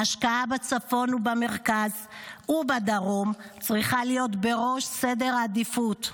ההשקעה בצפון ובמרכז ובדרום צריכה להיות בראש סדר העדיפויות,